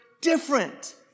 different